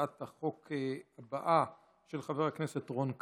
ולהצעת החוק הבאה של חבר הכנסת רון כץ,